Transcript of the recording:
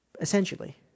Essentially